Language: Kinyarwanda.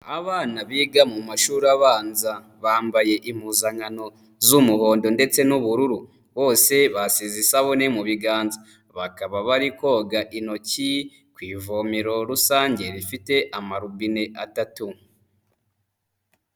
Abana biga mu mashuri abanza, bambaye impuzankano z'umuhondo ndetse n'ubururu. Bose basize isabune mu biganza, bakaba bari koga intoki ku ivomero rusange rifite amarobine atatu.